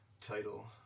title